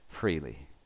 freely